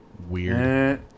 weird